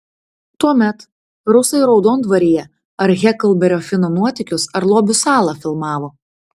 tuomet rusai raudondvaryje ar heklberio fino nuotykius ar lobių salą filmavo